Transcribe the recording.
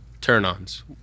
Turn-ons